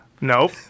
nope